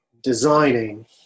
designing